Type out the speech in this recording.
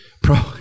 Bro